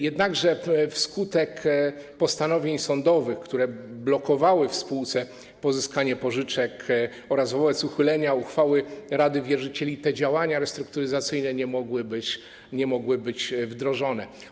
Jednakże wskutek postanowień sądowych, które blokowały spółce pozyskanie pożyczek, oraz wobec uchylenia uchwały rady wierzycieli te działania restrukturyzacyjne nie mogły być wdrożone.